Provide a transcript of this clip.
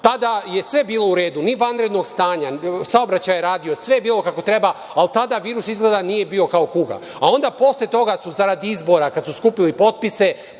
Tada je sve bilo u redu, ni vanrednog stanja, saobraćaj je radio, sve je bilo kako treba, a od tada virus izgleda nije bio kao kuga. Onda, posle toga su zarad izbora, kad su skupili potpise